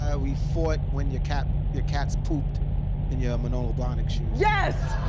um we fought when your cats your cats pooped in your manolo blahnik shoes. yes!